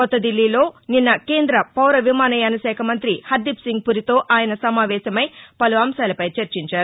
కొత్తదిల్లీలో నిన్న కేంద్ర పౌర విమానయాన శాఖ మంతి హర్దీప్సింగ్ పురితో ఆయన సమావేశమై పలు అంశాలపై చర్చించారు